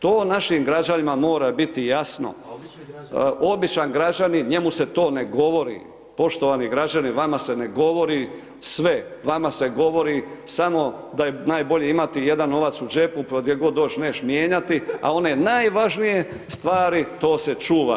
To našim građanima mora biti jasno. ... [[Upadica se ne čuje.]] A običan građanin njemu se to ne govori, poštovani građane vama se ne govori sve, vama se govori samo da je najbolje imati jedan novac u džepu, gdje god došao nećeš mijenjati a one najvažnije stvari to se čuva.